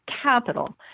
capital